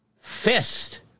fist